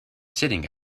sitting